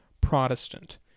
Protestant